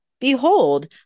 Behold